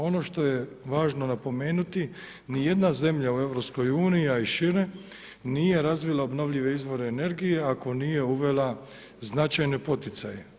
Ono što je važno napomenuti, ni jedna zemlja u EU, a i šire, nije razvila obnovljive izvore energije ako nije uvela značajne poticaje.